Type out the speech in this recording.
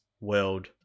world